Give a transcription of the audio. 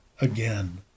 again